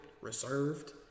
reserved